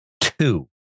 two